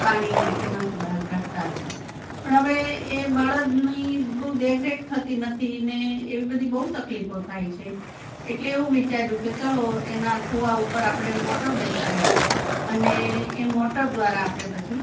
પાણી એમાંથી બહાર કાઢતા હતા પણ હવે એ બળદની બહુ દેખરેખ થતી નથી ને એવી બધી બહુ તકલીફો થાય છે એટલે એવું વિચાર્યું કે ચલો એના કૂવા ઉપર આપણે મોટર બેસાડીએ અને એ મોટર દ્વારા આપણે પછી